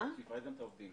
שיפרט את העובדים,